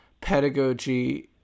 pedagogy